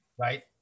right